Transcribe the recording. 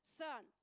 son